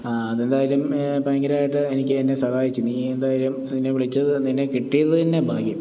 അതെന്തായാലും ഭയങ്കരായിട്ട് എനിക്ക് എന്നെ സഹായിച്ചു നീ എന്തായാലും നിന്നെ വിളിച്ചത് നിന്നെ കിട്ടിയത് തന്നെ ഭാഗ്യം